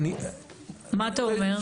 מה אתה אומר?